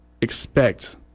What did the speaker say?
expect